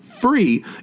free